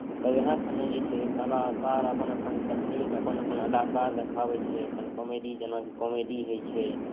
तऽ वएह सभमे जे छै से कलाकार अपन अपन तकनीक अपन अपन अदाकार देखाबैत छै अपन कॉमेडी जेना कॉमेडी होइ छै